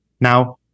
Now